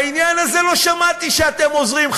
בעניין הזה לא שמעתי שאתם עוזרים,